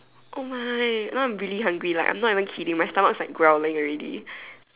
oh my now I'm really hungry like I'm not even kidding my stomach is like growling already